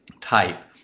type